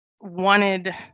wanted